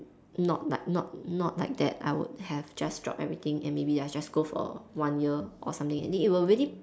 not like not not like that I would have just drop everything and maybe I just go for one year or something it will really